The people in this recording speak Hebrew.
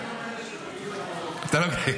השאלה שלי